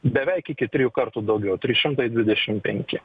beveik iki trijų kartų daugiau trys šimtai dvidešim penki